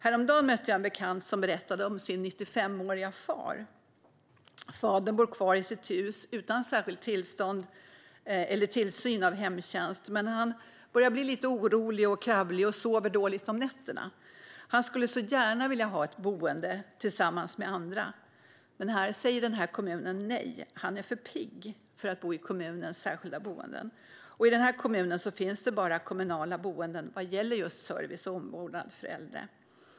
Häromdagen mötte jag en bekant som berättade om sin 95-årige far. Fadern bor kvar i sitt hus utan särskild tillsyn av hemtjänst. Men han börjar nu bli lite orolig och kravlig och sover dåligt om nätterna. Han skulle så gärna vilja ha ett boende tillsammans med andra. Men här säger kommunen nej - han är för pigg för att bo i kommunens särskilda boenden, och i den här kommunen finns det bara kommunala boenden vad gäller service och omvårdnad för äldre.